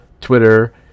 Twitter